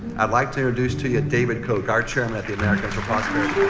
i'd like to introduce to you david koch, our chairman at the americans for prosperity.